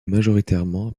majoritairement